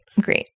great